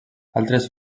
altres